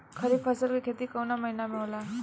खरीफ फसल के खेती कवना महीना में होला?